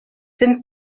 sind